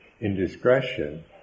indiscretion